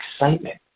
excitement